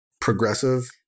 progressive